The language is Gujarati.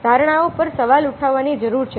ધારણાઓ પર સવાલ ઉઠાવવાની જરૂર છે